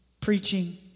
preaching